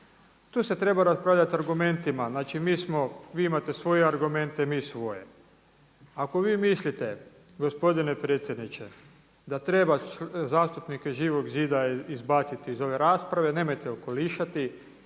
Tu se treba raspravljati argumentima. Znači mi smo, vi imate svoje argumente, mi svoje. Ako vi mislite gospodine predsjedniče da treba zastupnike Živog zida izbaciti iz ove rasprave nemojte okolišati,